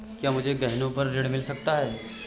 क्या मुझे गहनों पर ऋण मिल सकता है?